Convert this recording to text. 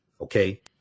Okay